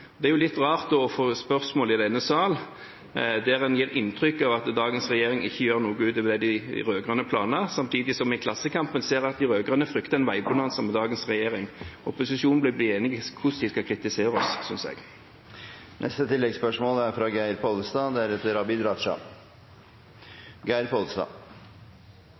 Det er litt rart å få et spørsmål i denne sal der en gir inntrykk av at dagens regjering ikke gjør noe utover de rød-grønnes planer, samtidig som vi i Klassekampen ser at de rød-grønne frykter en veibonanza med dagens regjering. Opposisjonen bør bli enige om hvordan de skal kritisere oss, synes jeg.